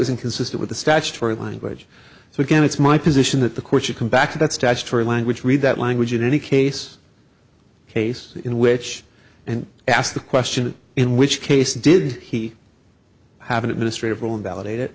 s inconsistent with the statutory language so again it's my position that the court should come back to that statutory language read that language in any case case in which and ask the question in which case did he have an administrative role and validate it